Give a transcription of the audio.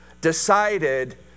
decided